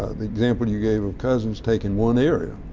the example you gave ah cousins taking one area,